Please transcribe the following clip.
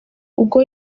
ubwo